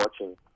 watching